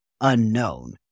unknown